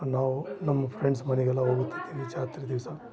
ನಾವು ನಮ್ಮ ಫ್ರೆಂಡ್ಸ್ ಮನೆಗೆಲ್ಲ ಹೋಗುತ್ತಿದ್ದೇವಿ ಜಾತ್ರೆ ದಿವಸ